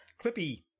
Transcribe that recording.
Clippy